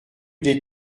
des